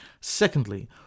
Secondly